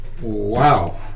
Wow